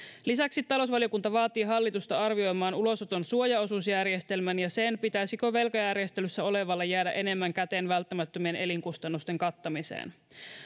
lisäksi talousvaliokunta vaatii hallitusta arvioimaan ulosoton suojaosuusjärjestelmän ja sen pitäisikö velkajärjestelyssä olevalle jäädä enemmän käteen välttämättömien elinkustannusten kattamiseen